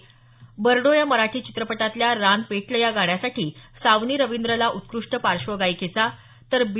बर्डो या मराठी चित्रपटातल्या रान पेटलं या गाण्यासाठी सावनी रविंद्रला उत्कृष्ट पार्श्वगायिकेचा तर बी